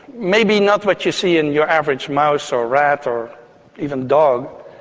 maybe not what you see in your average mouse or rat or even dog,